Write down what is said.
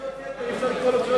אדוני, יש לו זכויות יתר.